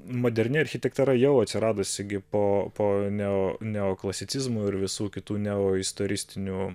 moderni architektūra jau atsiradusi gi po po neo neoklasicizmo ir visų kitų neoistoristinių